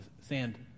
sand